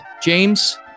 James